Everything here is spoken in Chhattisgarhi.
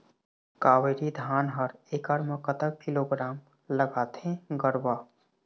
कावेरी धान हर एकड़ म कतक किलोग्राम लगाथें गरवा?